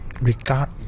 regard